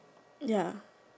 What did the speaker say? ya